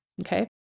Okay